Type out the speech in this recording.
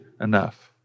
Enough